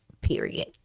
period